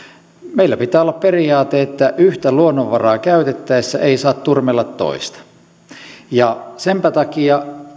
meillä pitää olla periaate että yhtä luonnonvaraa käytettäessä ei saa turmella toista senpä takia